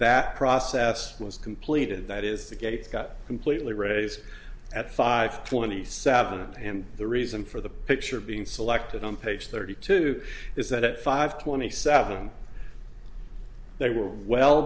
that process was completed that is the gates got completely ready as at five twenty seven and the reason for the picture being selected on page thirty two is that at five twenty seven they were well